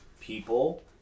people